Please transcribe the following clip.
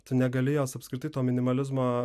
tu negali jos apskritai to minimalizmo